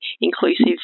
inclusive